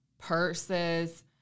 purses